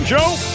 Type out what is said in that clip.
Joe